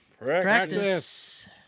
Practice